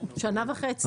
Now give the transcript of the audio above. שנה וחצי.